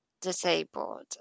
disabled